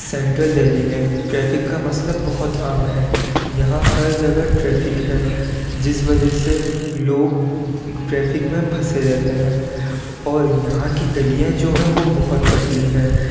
central Delhi میں traffic کا مسئلہ بہت عام ہے یہاں ہر جگہ ٹریفک ہے جس وجہ سے لوگ ٹریفک میں پھنسے رہتے ہیں اور یہاں کی گلیاں جو ہیں وہ بہت پتلی ہیں